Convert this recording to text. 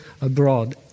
abroad